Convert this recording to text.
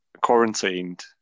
quarantined